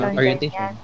orientation